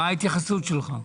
מה ההתייחסות שלך?